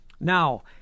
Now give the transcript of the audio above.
Now